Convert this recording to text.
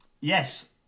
Yes